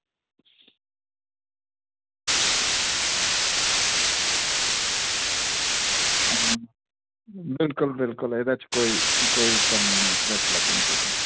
बिल्कुल बिल्कुल एह्दे च एह्दे च कोई कमीं निं लब्भनी तुसेंगी